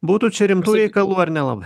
būtų čia rimtų reikalų ar nelabai